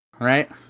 Right